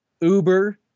Uber